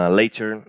later